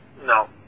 No